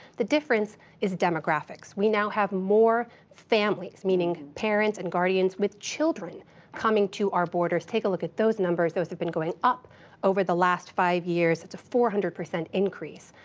the difference is demographics. we now have more families, meaning parents and guardians, with children coming to our borders. take a look at those numbers. those have been going up over the last five years. it's a four hundred percent increase.